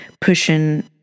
pushing